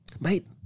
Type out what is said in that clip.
Mate